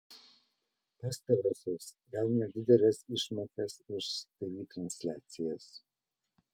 pastarosios gauna dideles išmokas už tv transliacijas